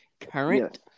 current